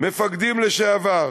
מפקדים לשעבר.